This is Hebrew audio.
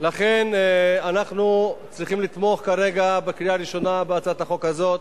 לכן אנחנו צריכים לתמוך כרגע בקריאה ראשונה בהצעת החוק הזאת,